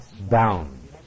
bound